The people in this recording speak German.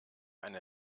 eine